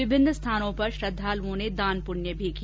विभिन्न स्थानों पर श्रद्वालुओं ने दान भी किया